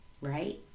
right